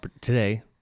today